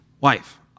wife